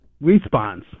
response